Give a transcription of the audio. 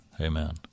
Amen